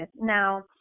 Now